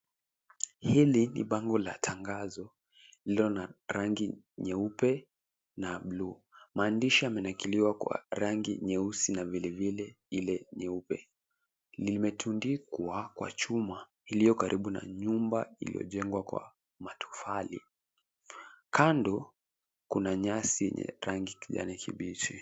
Hili ni bango la tangazo lililo na rangi nyeupe na buluu, maandishi yamenakiliwa kwa rangi nyeusi na vilevile ile nyeupe. Limetundikwa kwa chuma iliyo karibu na nyumba iliyojengwa kwa matofali. Kando, kuna nyasi yenye rangi kijani kibichi.